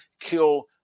kill